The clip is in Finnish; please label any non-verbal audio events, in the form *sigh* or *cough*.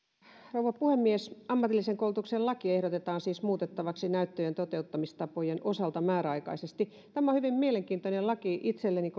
rouva puhemies ammatillisen koulutuksen lakia ehdotetaan siis muutettavaksi näyttöjen toteuttamistapojen osalta määräaikaisesti tämä on hyvin mielenkiintoinen laki itselleni *unintelligible*